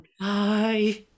Bye